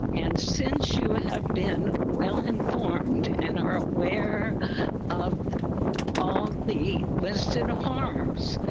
and since you have been well-informed and are aware of all the listed harms,